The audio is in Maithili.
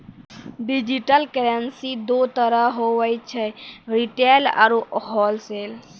डिजिटल करेंसी दो तरह रो हुवै छै रिटेल आरू होलसेल